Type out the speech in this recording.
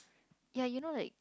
ya you know like